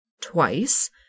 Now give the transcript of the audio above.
twice